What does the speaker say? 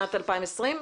שנת 2020?